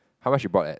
how much you bought at